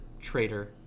traitor